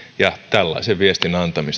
tällaisen viestin antamista on